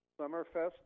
Summerfest